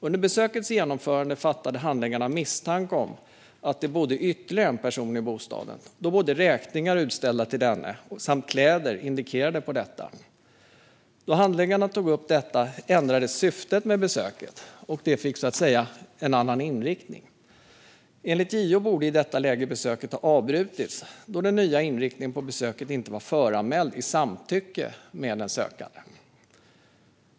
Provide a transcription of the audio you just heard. Under besökets genomförande fattade handläggarna misstanke om att det bodde ytterligare en person i bostaden då både räkningar utställda till denne och kläder indikerade detta. Då handläggarna tog upp detta ändrades syftet med besöket, och det fick så att säga en annan inriktning. Enligt JO borde i detta läge besöket ha avbrutits då den nya inriktningen på besöket inte var föranmäld i samtycke med den sökande.